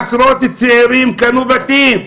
עשרות צעירים קנו בתים.